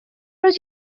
would